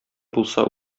булса